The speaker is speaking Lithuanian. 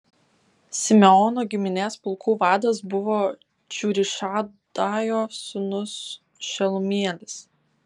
simeono giminės pulkų vadas buvo cūrišadajo sūnus šelumielis